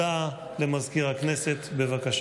15 בעד, אין מתנגדים ואין נמנעים.